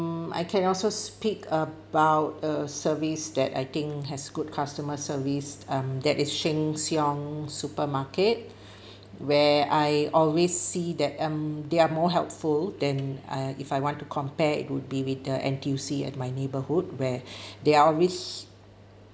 mm I can also speak about a service that I think has good customer service um that is sheng siong supermarket where I always see that um they're more helpful than uh if I want to compare it would be with the N_T_U_C at my neighborhood where they always